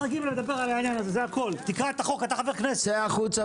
צא החוצה